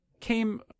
came